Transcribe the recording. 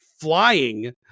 flying